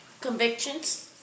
convictions